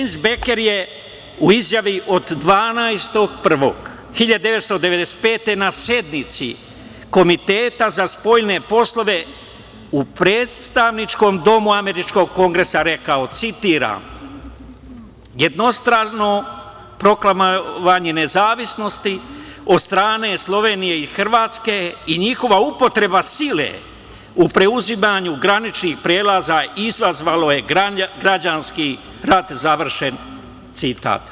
Džejms Beker je u izjavi od 12.1.1995. godine na sednici Komiteta za spoljne poslove u Predstavničkom domu američkog Kongresa rekao, citiram – jednostrano proklamovanje nezavisnosti od strane Slovenije i Hrvatske i njihova upotreba sile u preuzimanju graničnih prelaza izazvalo je građanski rat, završen citat.